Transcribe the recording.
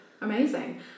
amazing